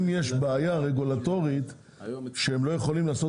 אם יש בעיה רגולטורית שהם לא יכולים לעשות